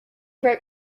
wrote